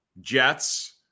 jets